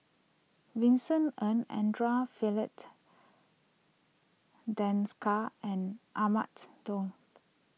Vincent Ng andre fee late Desker and Ahmad's Daud